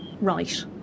Right